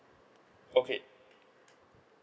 okay